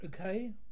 Okay